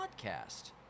podcast